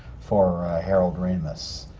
for harold ramis.